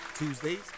Tuesdays